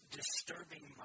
disturbing